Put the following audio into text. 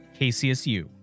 KCSU